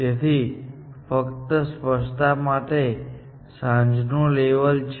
તેથી ફક્ત સ્પષ્ટતા માટે આ સાંજનું લેવલ છે